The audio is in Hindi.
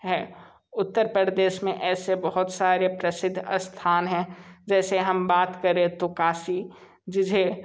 है उत्तर प्रदेश में ऐसे बहुत सारे प्रसिद्ध स्थान हैं जैसे हम बात करें तो काशी जिसे